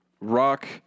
rock